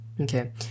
okay